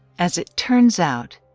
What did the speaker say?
as it turns out,